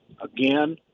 Again